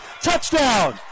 Touchdown